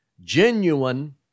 Genuine